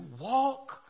walk